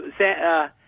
San